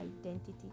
identity